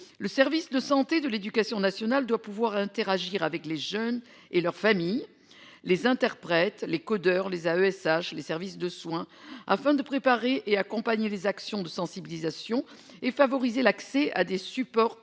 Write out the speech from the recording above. Le service de santé de l'éducation nationale doit pouvoir interagir avec les jeunes et leurs familles. Les interprètes les codeurs les AESH les services de soins afin de préparer et accompagner les actions de sensibilisation et favoriser l'accès à des supports adaptés